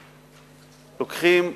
לוקחים,